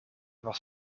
was